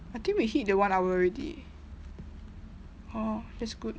I think we hit the one hour already orh that's good